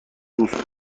دوست